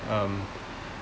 um